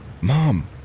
Mom